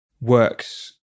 works